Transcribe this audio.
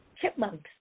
chipmunks